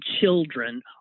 children